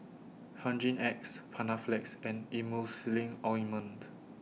Hygin X Panaflex and Emulsying Ointment